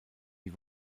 die